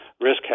risk